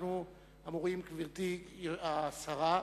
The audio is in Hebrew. גברתי השרה,